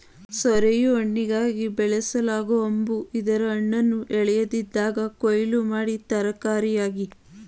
ಸೋರೆಯು ಹಣ್ಣಿಗಾಗಿ ಬೆಳೆಸಲಾಗೊ ಹಂಬು ಇದರ ಹಣ್ಣನ್ನು ಎಳೆಯದಿದ್ದಾಗ ಕೊಯ್ಲು ಮಾಡಿ ತರಕಾರಿಯಾಗಿ ಬಳಸ್ಬೋದು